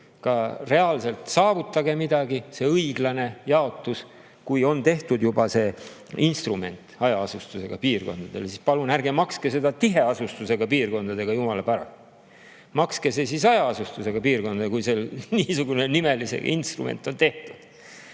reaalselt ka saavutage midagi, see õiglane jaotus. Kui on juba tehtud see instrument hajaasustusega piirkondadele, siis palun ärge makske seda [raha] tiheasustusega piirkondadele. Jumala pärast! Makske see hajaasustusega piirkondadele, kui niisuguse nimega instrument on tehtud.